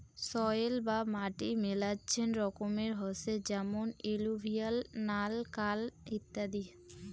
soil বা মাটি মেলাচ্ছেন রকমের হসে যেমন এলুভিয়াল, নাল, কাল ইত্যাদি